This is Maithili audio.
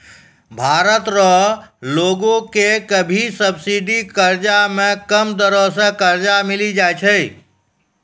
भारत रो लगो के भी सब्सिडी कर्जा मे कम दरो मे कर्जा मिली जाय छै